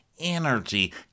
Energy